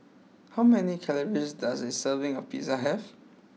how many calories does a serving of Pizza have